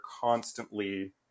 constantly